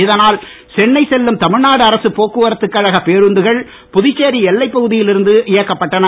இதனால் சென்னை செல்லும் தமிழ்நாடு அரசு போக்குவரத்துகழக பேருந்துகள் புதுச்சேரி எல்லைப்பகுதியில் இருந்து இயக்கப்பட்டன